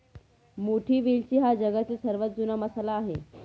मोठी वेलची हा जगातील सर्वात जुना मसाला आहे